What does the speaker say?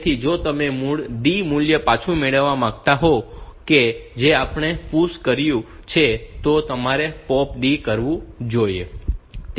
તેથી જો તમે મૂળ D મૂલ્ય પાછું મેળવવા માંગતા હોવ કે જે આપણે અહીં PUSH કર્યું છે તો મારે POP D કરવું જોઈએ